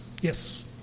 Yes